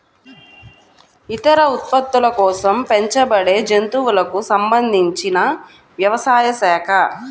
ఇతర ఉత్పత్తుల కోసం పెంచబడేజంతువులకు సంబంధించినవ్యవసాయ శాఖ